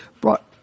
Brought